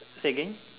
say again